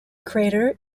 crater